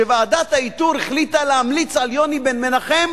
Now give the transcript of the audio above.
שוועדת האיתור החליטה להמליץ על יוני בן-מנחם